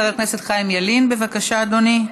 חבר הכנסת חיים ילין, בבקשה, אדוני.